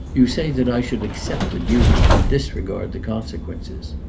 you say that i should accept the duty and disregard the consequences.